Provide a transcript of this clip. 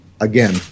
again